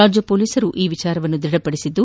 ರಾಜ್ಯ ಪೊಲೀಸರು ಈ ವಿಷಯವನ್ನು ದೃಢಪಡಿಸಿದ್ದು